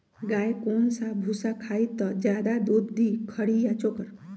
गाय कौन सा भूसा खाई त ज्यादा दूध दी खरी या चोकर?